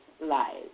lives